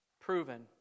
proven